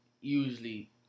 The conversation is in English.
usually